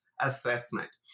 assessment